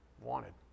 wanted